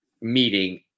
meeting